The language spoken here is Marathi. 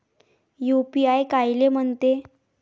यू.पी.आय कायले म्हनते?